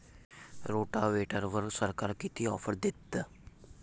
रोटावेटरवर सरकार किती ऑफर देतं?